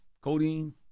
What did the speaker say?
Codeine